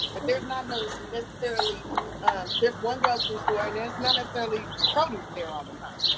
but there's not necessarily there's one grocery store and there's not necessarily produce there all the time,